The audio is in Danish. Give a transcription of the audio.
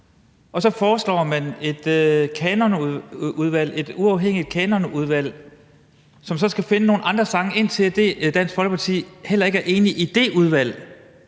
og så foreslår man et kanonudvalg, et uafhængigt kanonudvalg, som så skal finde nogle andre sange, indtil Dansk Folkeparti heller ikke er enig med det udvalg.